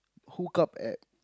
hook up at